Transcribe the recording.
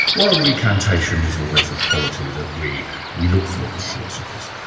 well, recantation is always a quality that we we look for in philosophers.